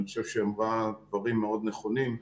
אני חושב שהיא אמרה דברים מאוד נכונים.